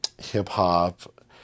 hip-hop